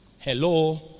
Hello